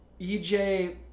EJ